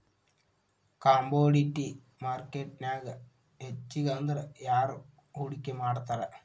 Commodity ಮಾರ್ಕೆಟ್ನ್ಯಾಗ್ ಹೆಚ್ಗಿಅಂದ್ರ ಯಾರ್ ಹೂಡ್ಕಿ ಮಾಡ್ತಾರ?